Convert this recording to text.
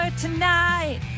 tonight